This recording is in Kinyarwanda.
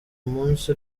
umunsi